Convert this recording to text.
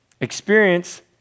experience